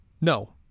No